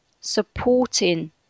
supporting